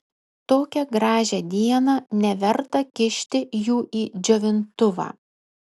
tokią gražią dieną neverta kišti jų į džiovintuvą